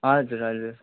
हजुर हजुर